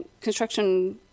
construction